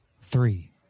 three